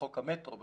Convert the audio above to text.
חוק מטרו.